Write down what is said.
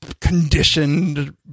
conditioned